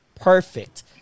Perfect